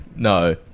No